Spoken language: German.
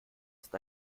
ist